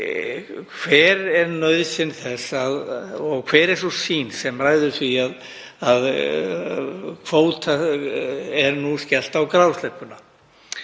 Hver er nauðsyn þess og hver er sú sýn sem ræður því að kvóta er nú skellt á grásleppuna?